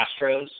Astros